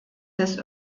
des